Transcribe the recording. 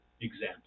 example